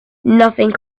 nothing